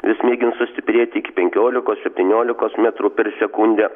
vis mėgins sustiprėti iki penkiolikos septyniolikos metrų per sekundę